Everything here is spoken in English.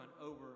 over